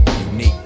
unique